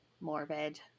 morbid